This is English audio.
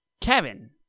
Kevin